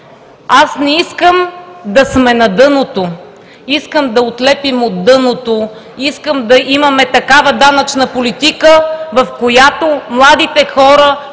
Аз не искам да сме на дъното. Искам да отлепим от дъното. Искам да имаме такава данъчна политика, в която младите хора